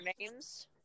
names